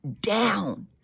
down